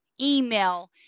email